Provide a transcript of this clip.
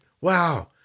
Wow